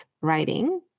writing